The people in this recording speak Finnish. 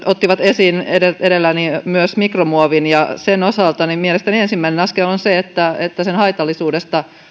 ottivat esiin edelläni myös mikromuovin ja sen osalta mielestäni ensimmäinen askel on se että että sen haitallisuudesta